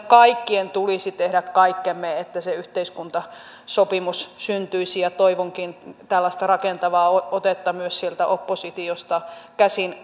kaikkien tulisi tehdä kaikkemme että se yhteiskuntasopimus syntyisi ja toivonkin tällaista rakentavaa otetta myös sieltä oppositiosta käsin